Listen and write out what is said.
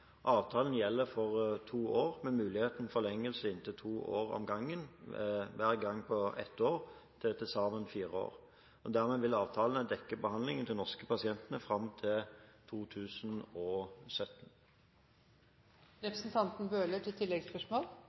Avtalen gjelder for to år med mulighet for forlengelse i inntil to år om gangen, hver gang på ett år, til sammen fire år. Dermed vil avtalene dekke behandlingen til de norske pasientene fram til